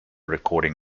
recording